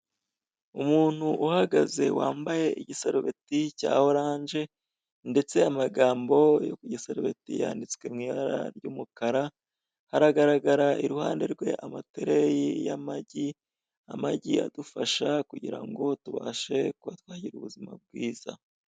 Umuntu uhagaze wambaye igisarubeti cya oranje, ndetse amagambo yo ku igisarubeti yanditswe mu ibara ry'umukara, haragaragara iruhande rwe amatereyi y'amagi, amagi adufasha kugira ngo tubashe kuba twagira ubuzima bwiza.